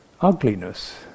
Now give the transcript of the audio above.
ugliness